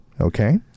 Okay